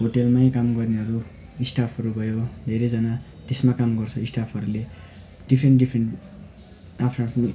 होटलमै काम गर्नेहरू स्टाफहरू भयो धेरैजना त्यसमा काम गर्छ स्टाफहरूले डिफ्रेन्ट डिफ्रेन्ट आफ्नो आफ्नै